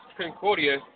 Concordia